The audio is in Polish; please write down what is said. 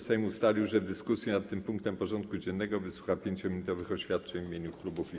Sejm ustalił, że w dyskusji nad tym punktem porządku dziennego wysłucha 5-minutowych oświadczeń w imieniu klubów i kół.